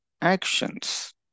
actions